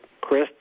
Chris